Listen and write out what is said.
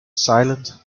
silent